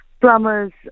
plumbers